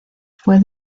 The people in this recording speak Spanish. fue